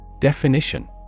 Definition